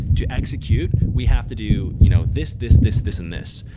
to execute, we have to do you know this, this, this, this and this.